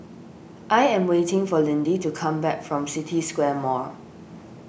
I am waiting for Lindy to come back from City Square Mall